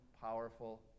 powerful